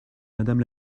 madame